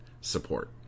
Support